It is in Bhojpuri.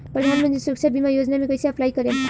प्रधानमंत्री सुरक्षा बीमा योजना मे कैसे अप्लाई करेम?